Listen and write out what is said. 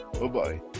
Bye-bye